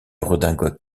redingotes